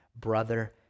brother